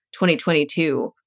2022